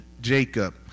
Jacob